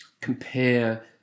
compare